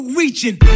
reaching